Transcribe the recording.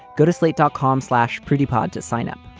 go to slate dot com slash pretty pod to sign up.